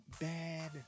bad